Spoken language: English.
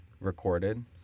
recorded